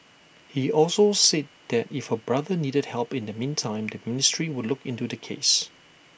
he also said that if her brother needed help in the meantime the ministry would look into the case